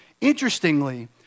Interestingly